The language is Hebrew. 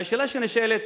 והשאלה שנשאלת,